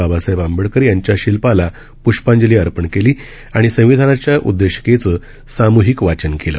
बाबासाहेब आंबेडकर यांच्या शिल्पाला पुष्पांजली अर्पण केली आणि संविधानाच्या उददेशिकेतं साम्हिक वाचन केलं